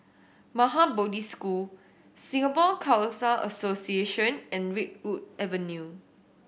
Maha Bodhi School Singapore Khalsa Association and Redwood Avenue